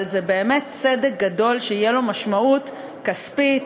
אבל זה באמת צדק גדול שתהיה לו משמעות כספית